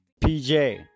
PJ